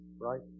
right